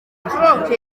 stroke